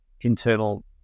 internal